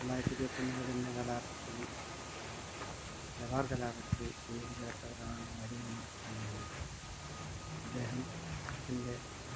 തൊള്ളായിരത്തി ഇരുപത്തി ഒന്നിൽ നടന്ന കലാപത്തിൽ മലബാർ കലാപത്തിൽ പേരുകേട്ട ഒരാളാണ് വാര്യം കുന്നത്ത് കുഞ്ഞഹമ്മദ് ഹാജി ഇദ്ദേഹത്തിൻ്റെ